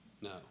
No